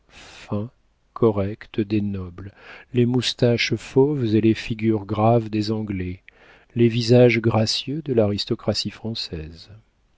corrects des nobles les moustaches fauves et les figures graves des anglais les visages gracieux de l'aristocratie française